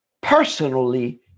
personally